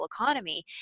economy